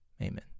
amen